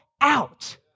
out